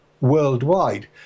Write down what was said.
worldwide